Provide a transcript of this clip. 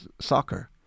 soccer